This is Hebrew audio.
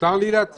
מותר לי להצביע?